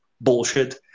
bullshit